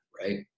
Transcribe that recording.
right